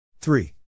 three